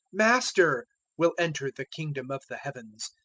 master will enter the kingdom of the heavens,